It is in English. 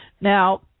Now